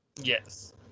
yes